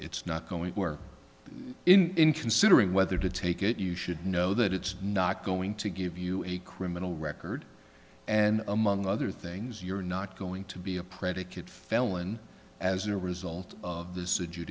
it's not going in considering whether to take it you should know that it's not going to give you a criminal record and among other things you're not going to be a predicate felon as a result of this